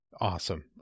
Awesome